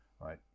right